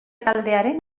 taldearen